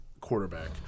quarterback